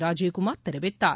ராஜீவ் குமார் தெரிவித்தார்